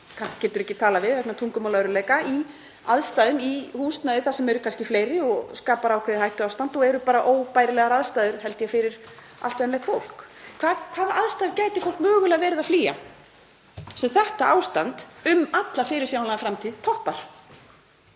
getur ekki talað við vegna tungumálaörðugleika, í húsnæði þar sem eru kannski fleiri og það skapar ákveðið hættuástand. Það eru bara óbærilegar aðstæður held ég fyrir allt venjulegt fólk. Hvaða aðstæður gæti fólk mögulega verið að flýja sem þetta ástand um alla fyrirsjáanlega framtíð toppar?